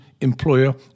employer